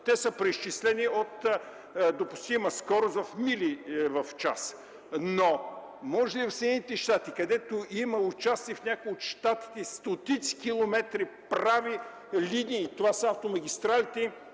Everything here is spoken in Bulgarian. Те са преизчислени от допустима скорост в мили в час. Може в Съединените щати, където има участъци в някои от щатите стотици километри прави линии – това са автомагистралите,